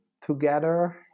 together